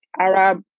Arab